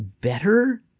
better